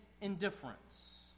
indifference